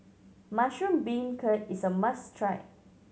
mushroom beancurd is a must try